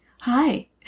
hi